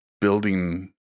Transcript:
building